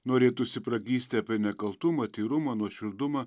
norėtųsi pragysti apie nekaltumą tyrumą nuoširdumą